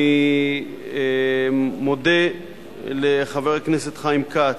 אני מודה לחבר הכנסת חיים כץ,